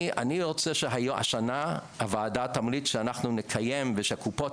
אני רוצה שהשנה הוועדה תמליץ שאנחנו נקיים ושהקופות